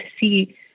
see